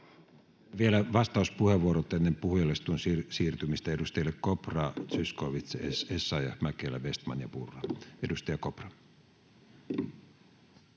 Vielä vastauspuheenvuorot ennen puhujalistaan siirtymistä edustajille Kopra, Zyskowicz, Essayah, Mäkelä, Vestman ja Purra. — Edustaja Kopra.